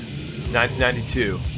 1992